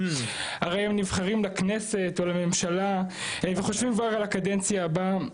הרי הם נבחרים לכנסת או לממשלה וחושבים כבר על הקדנציה הבאה,